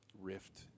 rift